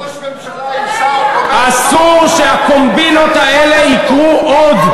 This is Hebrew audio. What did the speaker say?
ראש ממשלה, אסור שהקומבינות האלה יקרו עוד.